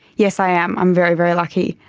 yes, i am, i'm very, very lucky.